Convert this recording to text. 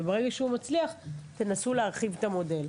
וברגע שהוא מצליח תנסו להרחיב את המודל.